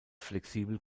flexibel